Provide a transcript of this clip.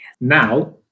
Now